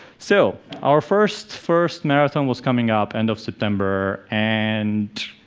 so our first, first marathon was coming up end of september, and